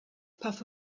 puff